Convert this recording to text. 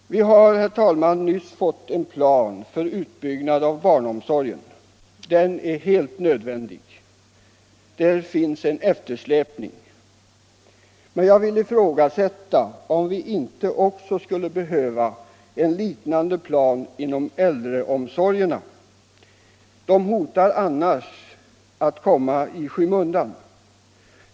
Vi har nyligen fått en plan för utbyggnad av barnomsorgen. Den är helt nödvändig. Där finns en eftersläpning. Men jag vill ifrågasätta om vi inte skulle behöva en liknande plan inom äldreomsorgerna. De hotar annars att komma i skymundan.